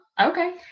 okay